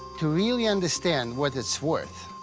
to really understand what it's worth,